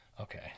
Okay